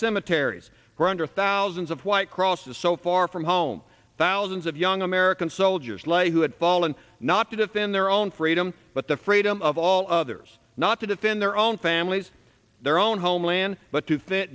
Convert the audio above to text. under thousands of white crosses so far from home thousands of young american soldiers lay who had fallen not to defend their own freedom but the freedom of all others not to defend their own families their own homeland but to